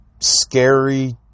scary